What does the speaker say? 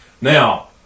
Now